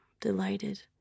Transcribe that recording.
delighted